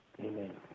Amen